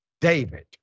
David